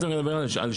ואם אתה מדבר על שילוב,